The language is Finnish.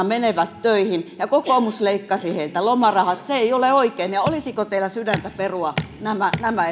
menevät töihin ja kokoomus leikkasi heiltä lomarahat se ei ole oikein olisiko teillä sydäntä perua nämä nämä